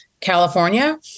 California